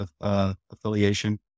affiliation